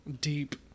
Deep